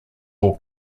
law